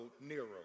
Nero